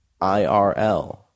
IRL